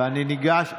ואני ניגש,